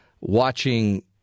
watching